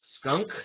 skunk